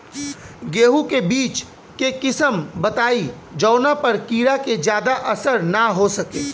गेहूं के बीज के किस्म बताई जवना पर कीड़ा के ज्यादा असर न हो सके?